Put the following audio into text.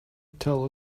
tell